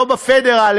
לא ב-Federal,